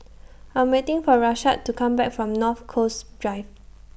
I'm waiting For Rashad to Come Back from North Coast Drive